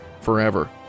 forever